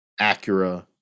Acura